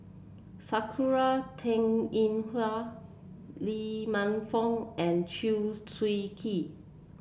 Sakura Teng Ying Hua Lee Man Fong and Chew Swee Kee